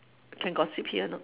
can gossip here or not